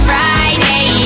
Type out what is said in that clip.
Friday